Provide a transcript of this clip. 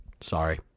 Sorry